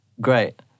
great